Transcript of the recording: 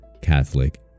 catholic